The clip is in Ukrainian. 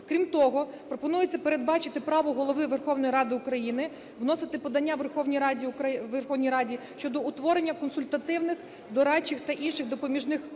Крім того, пропонується передбачити право Голови Верховної Ради України вносити подання Верховній Раді щодо утворення консультативних, дорадчих та інших допоміжних органів